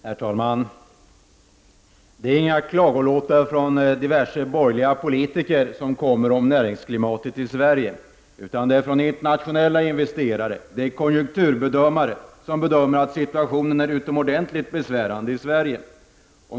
Herr talman! Det är inga klagolåtar från diverse borgerliga politiker om det näringspolitiska klimatet i Sverige, utan det är internationella investerare som uttalar sig. Konjunkturbedömare hävdar att situationen i Sverige är utomordentligt besvärande.